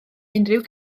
unrhyw